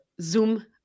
zoom